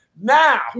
now